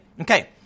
Okay